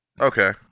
Okay